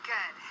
Good